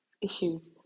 issues